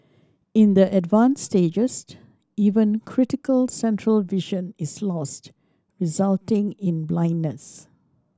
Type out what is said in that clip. in the advanced stages even critical central vision is lost resulting in blindness